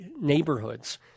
neighborhoods